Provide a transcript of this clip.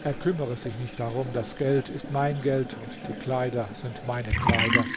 er kümmere sich nicht darum das geld ist mein geld und die kleider sind meine kleider